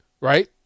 Right